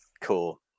cool